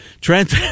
Trent